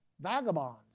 vagabonds